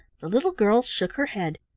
the little girl shook her head.